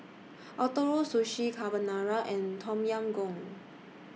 Ootoro Sushi Carbonara and Tom Yam Goong